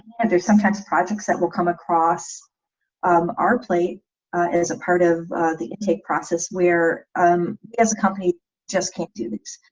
and there's some kind of projects that will come across um our plate is a part of the intake process where um as a company just can't do this.